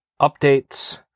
updates